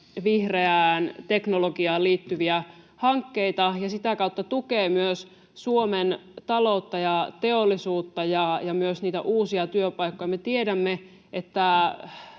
vihreään teknologiaan liittyviä hankkeita ja sitä kautta tukee myös Suomen taloutta ja teollisuutta ja myös niitä uusia työpaikkoja. Me tiedämme,